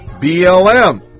BLM